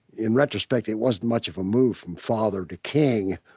in retrospect, it wasn't much of a move from father to king,